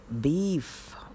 beef